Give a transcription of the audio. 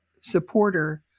supporter